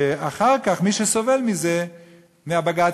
ואחר כך מי שסובל מזה,